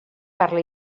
parla